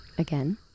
Again